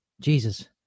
jesus